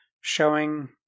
showing